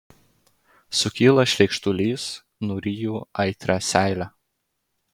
sukyla šleikštulys nuryju aitrią seilę